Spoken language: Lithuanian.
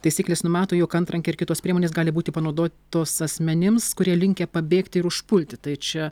taisyklės numato jog antrankiai ir kitos priemonės gali būti panaudotos asmenims kurie linkę pabėgti ir užpulti tai čia